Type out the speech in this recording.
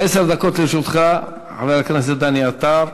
עשר דקות לרשותך, חבר הכנסת דני עטר.